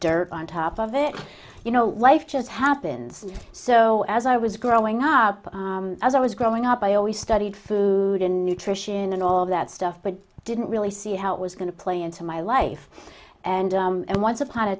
dirt on top of it you know life just happens so as i was growing up as i was growing up i always studied food and nutrition and all that stuff but i didn't really see how it was going to play into my life and and once upon a